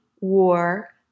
war